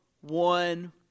one